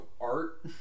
art